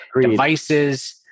devices